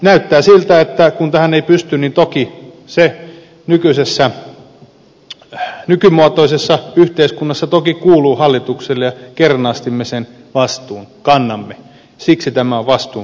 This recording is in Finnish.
näyttää siltä että kun tähän ei pysty toki se nykymuotoisessa yhteiskunnassa kuuluu hallitukselle ja kernaasti me sen vastuun kannamme siksi tämä on vastuun budjetti